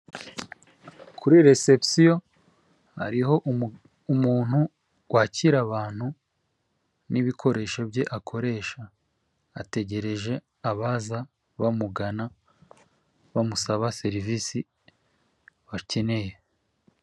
Kuri resebusiyo hariho umuntu wakira abantu n'ibikoresho bye akoresha ategereje abaza bamugana bamusaba serivisi bakeneye.